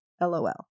LOL